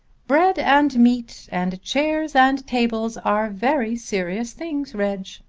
bread and meat and chairs and tables are very serious things, reg.